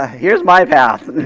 ah here's my path.